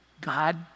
God